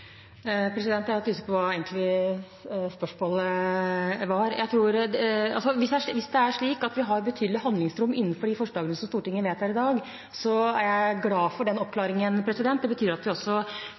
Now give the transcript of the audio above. Jeg er litt usikker på hva spørsmålet egentlig var. Hvis det er slik at vi har betydelig handlingsrom innenfor de forslagene som Stortinget vedtar i dag, er jeg glad for den